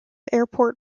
airport